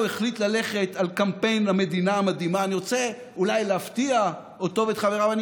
עוד פעם אתה רוצה ועדת העלייה והקליטה?